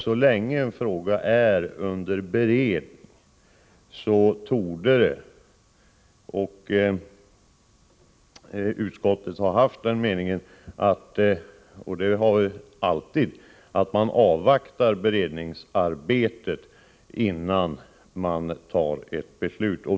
Så länge en fråga är under beredning, Lennart Brunander, menar utskottet — och det har vi alltid hävdat — att man skall avvakta beredningsarbetet innan man fattar ett beslut.